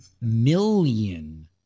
million